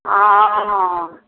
हँ हँ